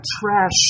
trash